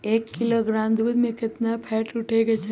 एक किलोग्राम दूध में केतना फैट उठे के चाही?